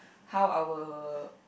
how our